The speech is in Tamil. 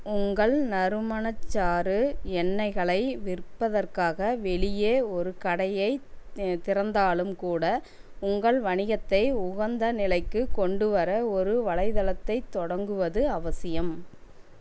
உங்கள் நறுமணச்சாறு எண்ணெய்களை விற்பதற்காக வெளியே ஒரு கடையைத் திறந்தாலும் கூட உங்கள் வணிகத்தை உகந்த நிலைக்குக் கொண்டுவர ஒரு வலைத்தளத்தைத் தொடங்குவது அவசியம்